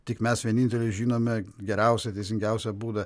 tik mes vieninteliai žinome geriausią teisingiausią būdą